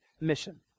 mission